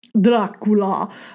Dracula